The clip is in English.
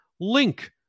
link